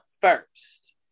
first